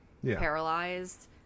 paralyzed